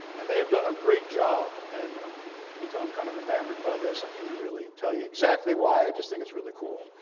and they have done a great job. and um you can tell i'm kind of enamored by this. i can't really tell you exactly why. i just think it's really cool.